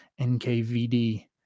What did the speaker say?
NKVD